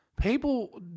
People